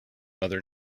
mother